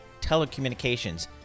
telecommunications